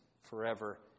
forever